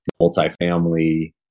multifamily